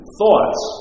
thoughts